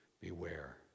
Beware